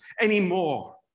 anymore